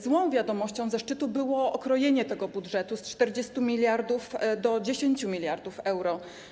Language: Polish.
Złą wiadomością ze szczytu było okrojenie tego budżetu z 40 mld do 10 mld euro.